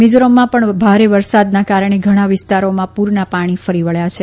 મિઝોરમમાં પણ ભારે વરસાદનાં કારણે ઘણા વિસ્તારોમાં પૂરનાં પાણી ફરી વળ્યાં છે